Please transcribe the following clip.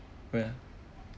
ya